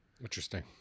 Interesting